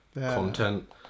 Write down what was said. content